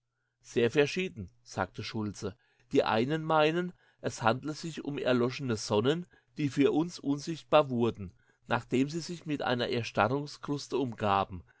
sehr verschieden sagte schultze die einen meinen es handle sich um erloschene sonnen die für uns unsichtbar wurden nachdem sie sich mit einer erstarrungskruste umgaben